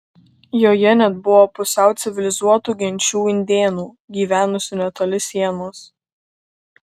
joje net buvo pusiau civilizuotų genčių indėnų gyvenusių netoli sienos